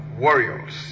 Warriors